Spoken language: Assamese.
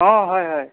অঁ হয় হয়